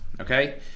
okay